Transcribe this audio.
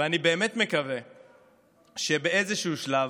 ואני באמת מקווה שבאיזשהו שלב